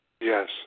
Yes